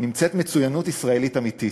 נמצאת מצוינות ישראלית אמיתית,